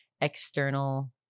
external